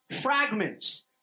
fragments